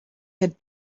had